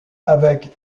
avec